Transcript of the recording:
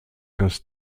dass